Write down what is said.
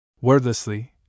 Wordlessly